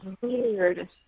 weird